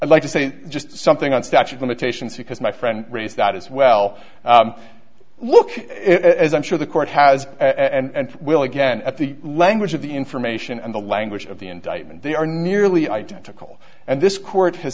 i'd like to say just something on statue of limitations because my friend raise that as well look as i'm sure the court has and will again at the language of the information and the language of the indictment they are nearly identical and this court has